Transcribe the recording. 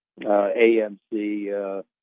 AMC